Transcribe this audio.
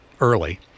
early